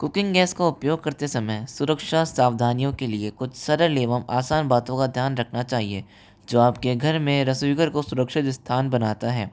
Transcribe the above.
cooking gas का उपयोग करते समय सुरक्षा सावधानियों के लिए कुछ सरल एवम आसान बातों का ध्यान रखना चाहिए जो आपके घर में रसोई घर को सुरक्षित स्थान बनाता है